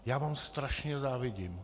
Já vám strašně závidím.